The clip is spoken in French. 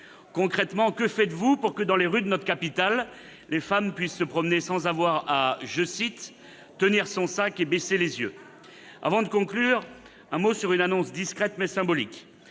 Concrètement, que faites-vous pour que dans les rues de notre capitale, une femme puisse se promener sans avoir à-je cite -« tenir son sac et baisser les yeux »? Avant de conclure, un mot sur une annonce discrète, mais symbolique.